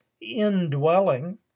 indwelling